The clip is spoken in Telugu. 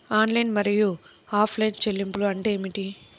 ఆన్లైన్ మరియు ఆఫ్లైన్ చెల్లింపులు అంటే ఏమిటి?